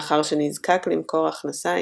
מאחר שנזקק למקור הכנסה,